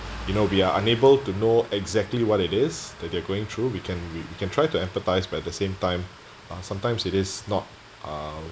you know we are unable to know exactly what it is that they are going through we can we can try to empathise but at the same time uh sometimes it is not uh